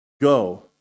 Go